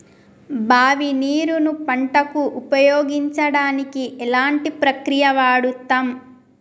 బావి నీరు ను పంట కు ఉపయోగించడానికి ఎలాంటి ప్రక్రియ వాడుతం?